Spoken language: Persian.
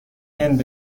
هند